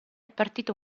partito